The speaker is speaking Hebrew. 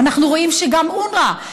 אנחנו רואים שגם אונר"א,